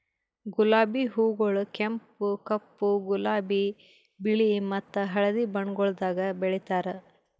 ಗುಲಾಬಿ ಹೂಗೊಳ್ ಕೆಂಪು, ಕಪ್ಪು, ಗುಲಾಬಿ, ಬಿಳಿ ಮತ್ತ ಹಳದಿ ಬಣ್ಣಗೊಳ್ದಾಗ್ ಬೆಳೆತಾರ್